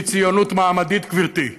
היא ציונות מעמדית, גברתי,